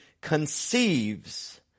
conceives